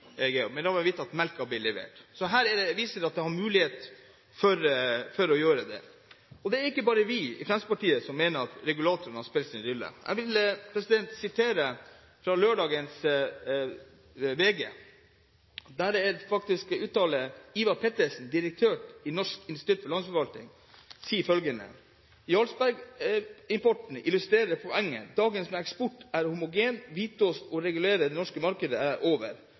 men da må han vite at melken blir levert. Så dette viser at det finnes muligheter. Det er ikke bare vi i Fremskrittspartiet som mener at regulatoren har utspilt sin rolle. Jeg vil sitere fra lørdagens VG. Der uttaler Ivar Pettersen, direktør i Norsk institutt for landbruksøkonomisk forskning: «Jarlsbergimporten illustrerer poenget. Dagene med eksport av homogen hvitost for å regulere det norske markedet er over.